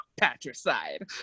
patricide